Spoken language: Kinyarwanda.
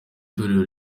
itorero